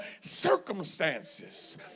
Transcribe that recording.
circumstances